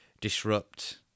disrupt